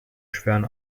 schweren